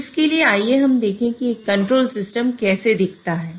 तो इसके लिए आइए हम देखें कि एक कंट्रोल सिस्टम कैसे दिखता है